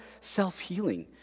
self-healing